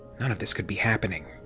none of this could be happening.